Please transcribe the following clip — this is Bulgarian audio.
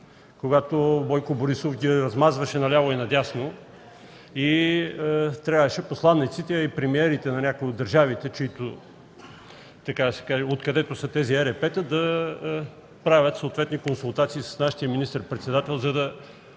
когато Бойко Борисов ги размазваше наляво и надясно и трябваше посланиците и премиерите на някои от държавите, откъдето са тези ЕРП-та, да правят съответни консултации с нашия министър-председател, за да